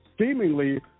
Seemingly